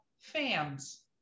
fans